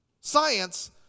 Science